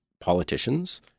politicians